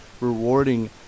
rewarding